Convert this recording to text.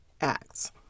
acts